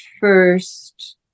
first